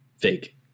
Fake